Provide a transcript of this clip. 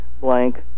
blank